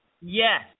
Yes